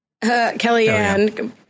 Kellyanne